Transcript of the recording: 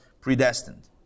predestined